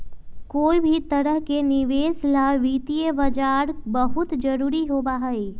कोई भी तरह के निवेश ला वित्तीय बाजार बहुत जरूरी होबा हई